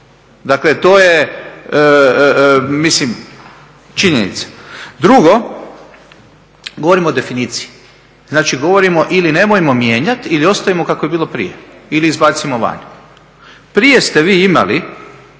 Dakle to je činjenica. Drugo, govorimo o definiciji, znači govorimo ili nemojmo mijenjat ili ostavimo kako je bilo prije ili izbacimo van. Prije ste vi imali